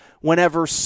whenever